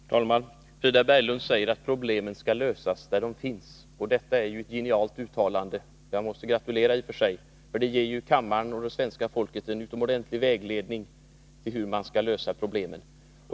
Herr talman! Frida Berglund säger att problemen skall lösas där de finns. Detta är ju ett genialt uttalande. Jag måste i och för sig gratulera, för uttalandet ger ju kammaren och svenska folket en utomordentlig vägledning, hur man skall lösa problemen.